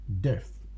death